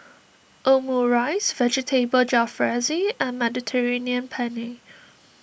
Omurice Vegetable Jalfrezi and Mediterranean Penne